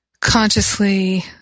consciously